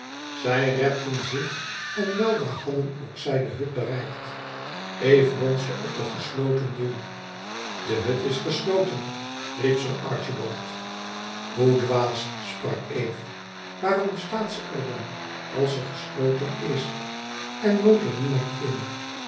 zij repten zich en weldra hadden ook zij de hut bereikt eve bonsde op de gesloten deur de hut is gesloten riep sir archibald hoe dwaas sprak eve waarom staat ze er dan als ze gesloten is en woont er niemand in